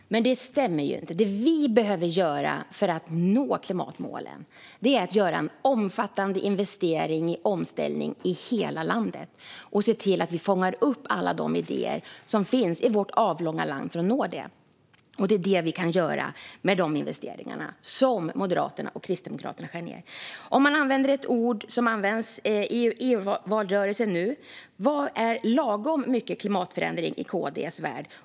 Fru talman! Det stämmer inte. Det vi behöver göra för att nå klimatmålen är en omfattande investering i omställning i hela landet och fånga upp alla de idéer som finns i vårt avlånga land för att nå detta. Det är detta vi kan göra med de investeringar som Moderaterna och Kristdemokraterna skär ned på. Låt mig använda ett ord som ni använder i EU-valrörelsen. Vad är lagom mycket klimatförändring i KD:s värld?